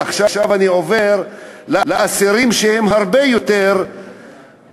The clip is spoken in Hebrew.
עכשיו אני עובר לאסירים שהם הרבה יותר מוכים,